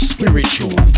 Spiritual